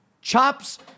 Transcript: chops